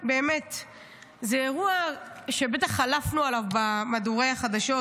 זה אירוע שבטח חלפנו עליו במהדורות החדשות,